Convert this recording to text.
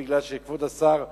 כיוון שכבוד השר ממהר.